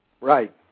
Right